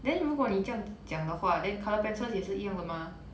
then 如果你这样讲的话 then colour pencils 也是一样的 mah